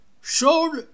showed